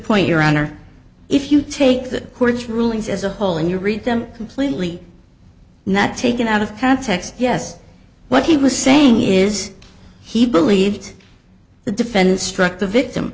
point your honor if you take the court's rulings as a whole and you read them completely not taken out of context yes what he was saying is he believed the defendant struck the victim